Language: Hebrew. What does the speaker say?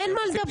אין מה לדבר.